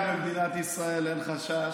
אני כאן, במדינת ישראל, אין חשש,